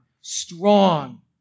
strong